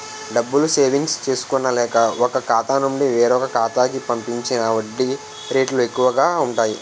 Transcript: డబ్బులు సేవింగ్స్ చేసుకున్న లేక, ఒక ఖాతా నుండి వేరొక ఖాతా కి పంపించిన వడ్డీ రేట్లు ఎక్కువు గా ఉంటాయి